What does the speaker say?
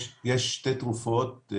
יש שתי תרופות.